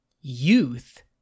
youth